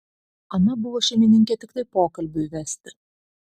ana buvo šeimininkė tiktai pokalbiui vesti